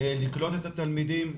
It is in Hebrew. לקלוט את התלמידים,